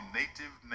native